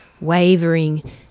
wavering